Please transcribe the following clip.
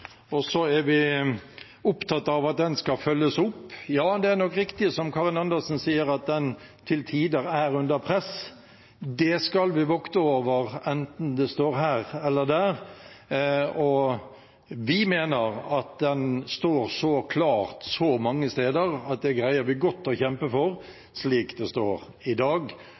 er opptatt av at den skal følges opp. Ja, det er nok riktig, som Karin Andersen sier, at den til tider er under press. Det skal vi vokte over enten det står her eller der. Vi mener at den står så klart så mange steder at det greier vi godt å kjempe for slik det står i dag.